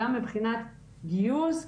גם מבחינת גיוס,